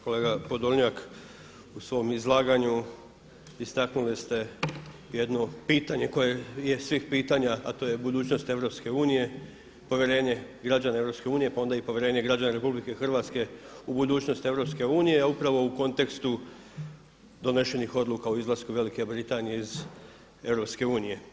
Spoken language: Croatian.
Kolega Podolnjak u svom izlaganju istaknuli ste jedno pitanje koje je svih pitanja a to je budućnost EU, povjerenje građana EU pa onda i povjerenje građana RH u budućnost EU a upravo u kontekstu donesenih odluka o izlasku Velike Britanije iz EU.